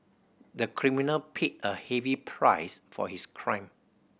the criminal paid a heavy price for his crime